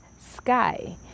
sky